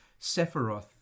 sephiroth